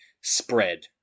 spread